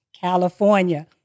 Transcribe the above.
California